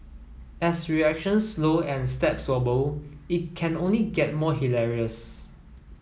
as reactions slow and steps wobble it can only get more hilarious